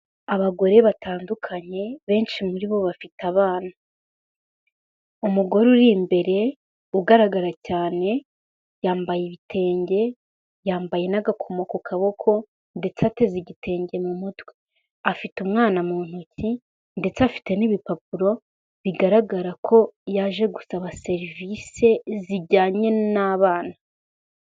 Abagore batandukanye benshi muri bo bafite abana, umugore uri imbere ugaragara cyane yambaye ibitenge, yambaye n'agakoma ku kaboko ndetse ateze igitenge mu mutwe, afite umwana mu ntoki ndetse afite n'ibipapuro bigaragara ko yaje gusaba serivise zijyanye n'abana.